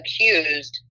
accused